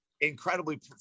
incredibly